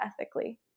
ethically